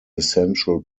essential